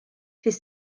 siis